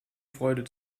freude